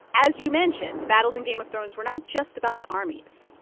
as you mentioned, the battles in game of thrones were not just about the armies.